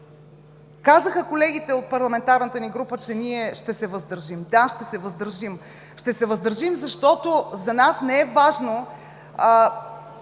Колегите от парламентарната ни група казаха, че ние ще се въздържим. Да, ще се въздържим. Ще се въздържим, защото за нас не е важно